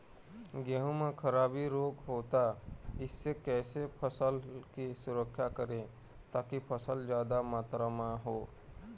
गेहूं म खराबी रोग होता इससे कैसे फसल की सुरक्षा करें ताकि फसल जादा मात्रा म हो?